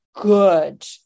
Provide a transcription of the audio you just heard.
good